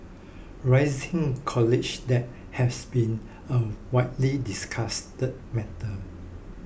rising college debt has been a widely discussed matter